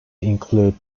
include